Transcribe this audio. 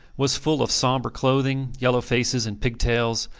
was full of sombre clothing, yellow faces, and pigtails,